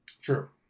True